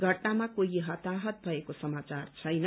घटनामा कोही हताहत भएको समाचार छैन